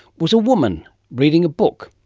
was a woman reading a book.